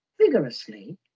vigorously